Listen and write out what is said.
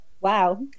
wow